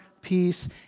peace